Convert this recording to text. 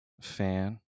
fan